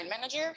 manager